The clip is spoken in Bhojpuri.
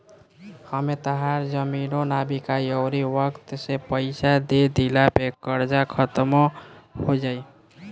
एमें तहार जमीनो ना बिकाइ अउरी वक्त से पइसा दे दिला पे कर्जा खात्मो हो जाई